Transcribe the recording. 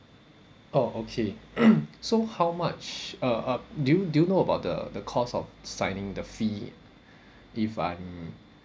oh okay so how much uh uh do you do you know about the the cost of signing the fee if I'm